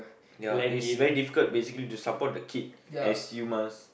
ya is very difficult basically to support a kid as you must